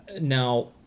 Now